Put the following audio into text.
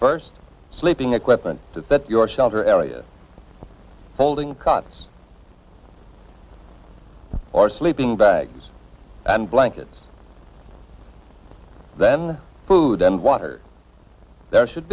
first sleeping equipment to your shelter area folding cots or sleeping bags and blankets then food and water there should